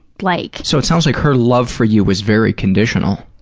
like so, it sounds like her love for you was very conditional.